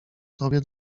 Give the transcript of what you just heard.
tobie